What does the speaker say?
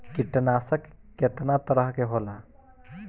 कीटनाशक केतना तरह के होला?